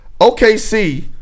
OKC